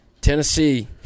Tennessee